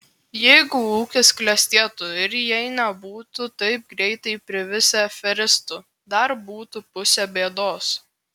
jeigu ūkis klestėtų ir jei nebūtų taip greitai privisę aferistų dar būtų pusė bėdos